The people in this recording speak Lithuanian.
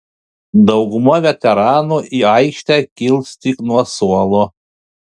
dauguma veteranų į aikštę kils tik nuo suolo